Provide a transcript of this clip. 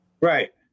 Right